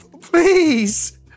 Please